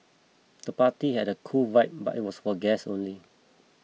the party had a cool vibe but it was for guests only